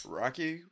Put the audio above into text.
rocky